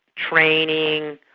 training,